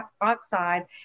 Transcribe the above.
oxide